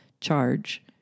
charge